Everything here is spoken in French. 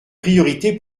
priorité